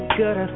good